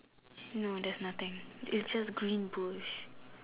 no there's nothing it's just green bush